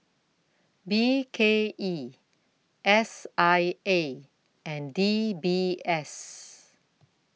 B K E S I A and D B S